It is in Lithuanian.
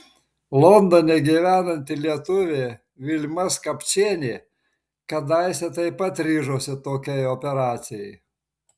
londone gyvenanti lietuvė vilma skapčienė kadaise taip pat ryžosi tokiai operacijai